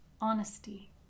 honesty